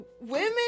Women